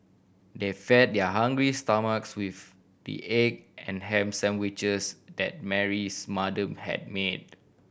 they fed their hungry stomachs with the egg and ham sandwiches that Mary's mother had made